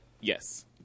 Yes